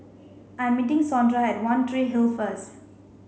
I'm meeting Sondra at One Tree Hill first